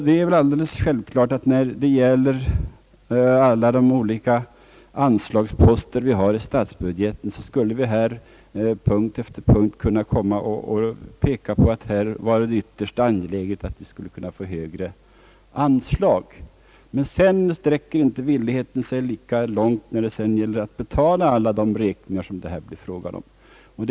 Man skulle självfallet på alla de olika anslagsposterna i statsbudgeten under punkt efter punkt kunna peka på att det vore ytterst angeläget att få högre anslag, men villigheten sträcker sig inte lika långt när det gäller att betala alla de räkningar som det här kan bli fråga om.